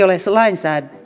ole